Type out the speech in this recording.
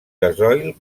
gasoil